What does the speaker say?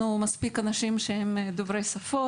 אין לנו מספיק אנשים שהם דוברי שפות,